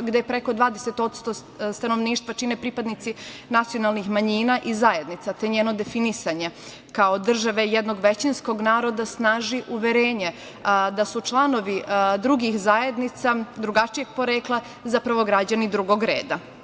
gde preko 20% stanovništva čine pripadnici nacionalnih manjina i zajednica, te njeno definisanje kao države jednog većinskog naroda snaži uverenje da su članovi drugih zajednica drugačijeg porekla zapravo građani drugog reda.